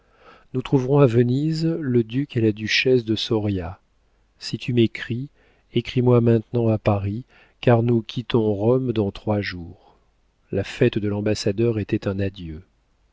nous trouverons à venise le duc et la duchesse de soria si tu m'écris écris-moi maintenant à paris car nous quittons rome dans trois jours la fête de l'ambassadeur était un adieu